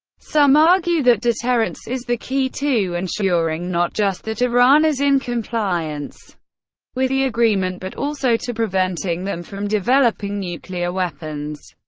some argue that deterrence is the key to ensuring not just that iran is in compliance with the agreement, but also to preventing them from developing nuclear weapons.